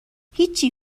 هیچی